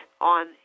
on